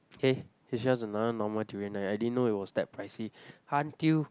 hey it's just another normal durian I I didn't know it was that pricey until